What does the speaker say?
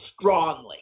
strongly